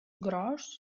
gros